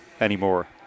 anymore